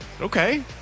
Okay